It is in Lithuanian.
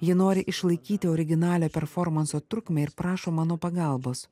ji nori išlaikyti originalią performanso trukmę ir prašo mano pagalbos